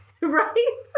Right